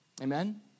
Amen